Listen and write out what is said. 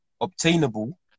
obtainable